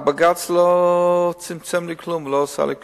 הבג"ץ לא צמצם לי כלום ולא עשה לי כלום.